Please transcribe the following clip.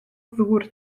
ddŵr